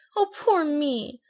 oh, poor me!